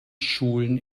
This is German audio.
schulen